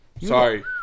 Sorry